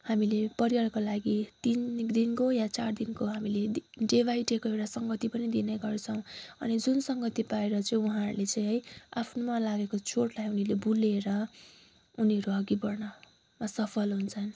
हामीले परिवारको लागि तिन दिनको या चार दिनको हामीले डे बाई डेको एउटा संगति पनि दिने गर्छौँ अनि जुन संगति पाएर चाहिँ उहाँहरूले चाहिँ है आफ्नोमा लागेको चोटलाई उनीहरूले भुलेर उनीहरू अघि बढ्नु सफल हुन्छन्